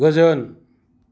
गोजोन